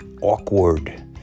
awkward